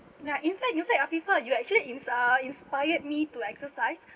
ya in fact in fact afifah you actually is uh inspired me to exercise